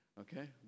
Okay